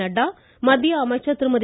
நட்டா மத்திய அமைச்சர் திருமதி